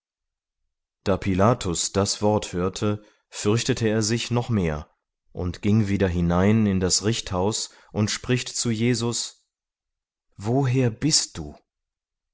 da pilatus das wort hörte fürchtete er sich noch mehr und ging wieder hinein in das richthaus und spricht zu jesus woher bist du